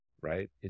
right